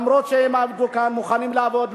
ואף שהם עבדו ומוכנים לעבוד,